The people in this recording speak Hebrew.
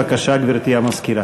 בבקשה, גברתי המזכירה.